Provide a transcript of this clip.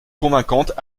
convaincante